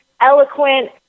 eloquent